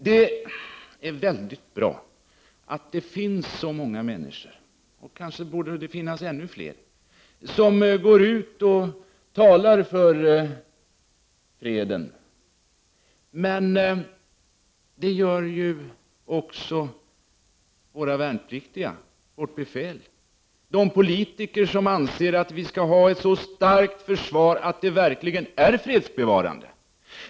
Det är mycket bra att det finns så många människor — kanske borde det finnas ännu fler av den sorten — som går ut och talar för freden. Men det gör ju även våra värnpliktiga och våra befäl samt även de politiker som anser att vi skall ha ett så starkt försvar att det verkligen är fredsbevarande.